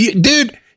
dude